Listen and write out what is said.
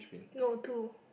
no two